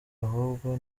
ahubwo